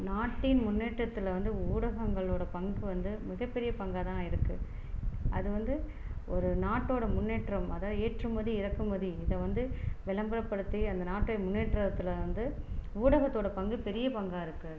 நாட்டின் முன்னேற்றத்தில் வந்து ஊடகங்களோட பங்கு வந்து மிக பெரிய பங்காக தான் இருக்கு அது வந்து ஒரு நாட்டோட முன்னேற்றம் அதான் ஏற்றுமதி இறக்குமதி இத வந்து விளம்பரபடுத்தி அந்த நாட்டின் முன்னேற்றத்தில் வந்து ஊடகத்தோட பங்கு பெரிய பங்காக இருக்குது